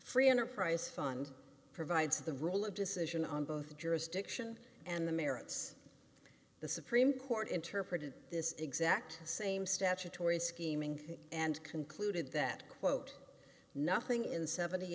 free enterprise fund provides the rule of decision on both jurisdiction and the merits of the supreme court interpreted this exact same statutory scheming and concluded that quote nothing in seventy